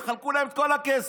תחלקו להם את כל הכסף.